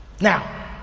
Now